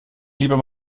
lieber